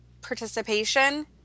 participation